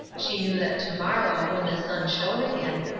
she knew that to-morrow, when the sun shone again,